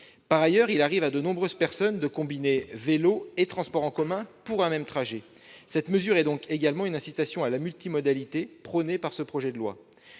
Par ailleurs, il arrive à de nombreuses personnes de combiner vélo et transports en commun pour un même trajet. Cette mesure est donc également une incitation à la multimodalité, qui est prônée par ce projet de loi.